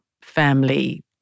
family